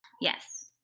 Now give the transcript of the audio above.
Yes